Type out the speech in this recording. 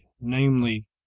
namely